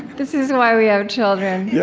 this is why we have children. yeah